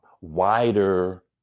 wider